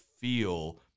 feel